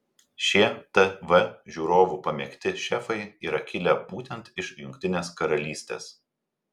šie tv žiūrovų pamėgti šefai yra kilę būtent iš jungtinės karalystės